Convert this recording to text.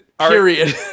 period